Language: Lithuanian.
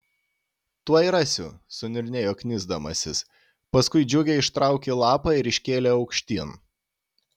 tuoj rasiu suniurnėjo knisdamasis paskui džiugiai ištraukė lapą ir iškėlė aukštyn